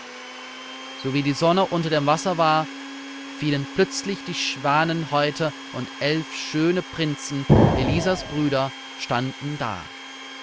sowie die sonne unter dem wasser war fielen plötzlich die schwanenhäute und elf schöne prinzen elisas brüder standen da